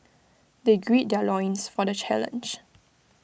they greed their loins for the challenge